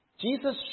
Jesus